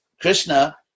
Krishna